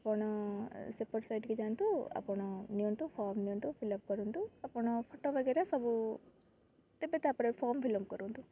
ଆପଣ ସେପଟ ସାଇଡ଼୍ କି ଯାଆନ୍ତୁ ଆପଣ ନିଅନ୍ତୁ ଫର୍ମ ନିଅନ୍ତୁ ଫିଲ୍ଅପ୍ କରନ୍ତୁ ଆପଣ ଫଟୋ ବଗେରା ସବୁ ତେବେ ତା'ପରେ ଫର୍ମ ଫିଲ୍ଅପ୍ କରନ୍ତୁ